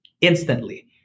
instantly